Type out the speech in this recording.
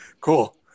Cool